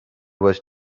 was